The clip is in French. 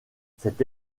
cette